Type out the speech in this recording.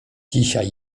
dzisiaj